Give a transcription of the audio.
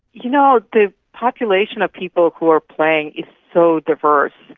you know, the population of people who are playing is so diverse.